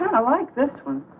i like this one.